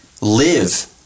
live